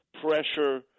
pressure